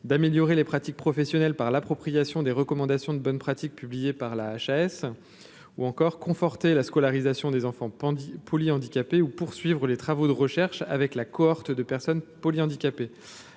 d'améliorer les pratiques professionnelles par l'appropriation des recommandations de bonnes pratiques, publié par la HAS ou encore conforter la scolarisation des enfants pendant dix poly-handicapé ou poursuivre les travaux de recherche avec la cohorte de personnes polyhandicapés,